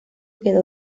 quedó